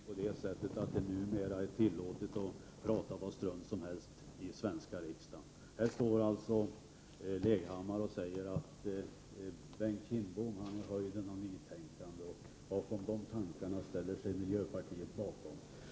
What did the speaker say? Herr talman! Det är tydligen numera tillåtet att prata vad strunt som helst i den svenska riksdagen. Hans Leghammar säger alltså här att Bengt Kindbom står för höjden av nytänkande, och de tankarna ställer sig miljöpartiet bakom.